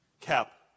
cap